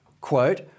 Quote